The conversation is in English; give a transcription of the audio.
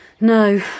No